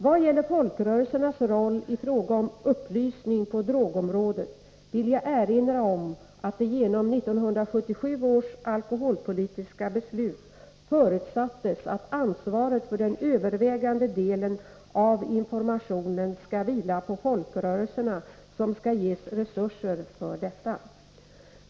Vad gäller folkrörelsernas roll i fråga om upplysning på drogområdet vill jag erinra om att det genom 1977 års alkoholpolitiska beslut förutsattes att ansvaret för den övervägande delen av informationen skall vila på folkrörelserna, som skall ges resurser för detta.